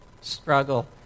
struggle